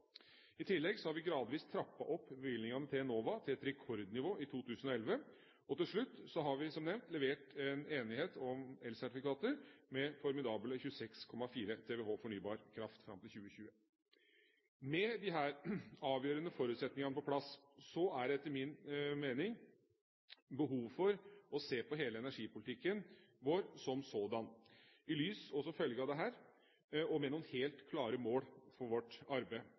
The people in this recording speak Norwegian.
I tillegg har vi gradvis trappet opp bevilgningene til Enova til et rekordnivå i 2011, og til slutt har vi, som nevnt, levert en enighet om elsertifikater på formidable 26,4 TWh fornybar kraft fram mot 2020. Med disse avgjørende forutsetningene på plass er det etter min mening behov for å se på hele energipolitikken vår som sådan – i lys av og som følge av dette – og med noen helt klare mål for vårt arbeid: